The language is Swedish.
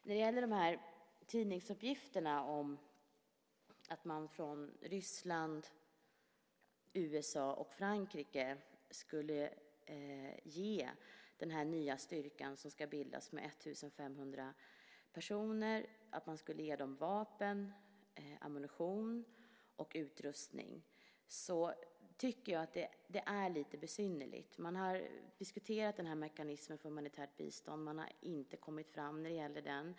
När det gäller tidningsuppgifterna om att man från Ryssland, USA och Frankrike skulle ge den nya styrka som ska bildas med 1 500 personer vapen, ammunition och utrustning är det lite besynnerligt. Man har diskuterat mekanismen för humanitärt bistånd. Man har inte kommit fram när det gäller det.